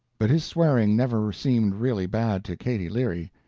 but his swearing never seemed really bad to katy leary,